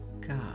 God